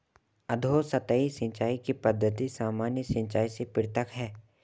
अधोसतही सिंचाई की पद्धति सामान्य सिंचाई से पृथक है